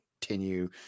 continue